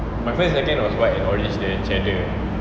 my first and second was white and orange the cheddar